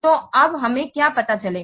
तो अब हमें क्या पता चलेगा